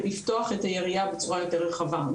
ולפתוח את היריעה בצורה יותר רחבה.